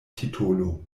titolo